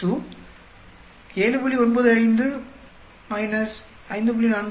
45 X 2 7